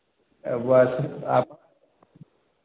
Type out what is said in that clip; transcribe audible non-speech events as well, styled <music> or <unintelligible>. एक बार <unintelligible>